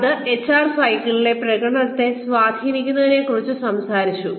അത് എച്ച്ആർ സൈക്കിളിലെ പ്രകടനത്തെ സ്വാധീനിക്കുന്നതിനെക്കുറിച്ച് സംസാരിച്ചു